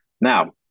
Now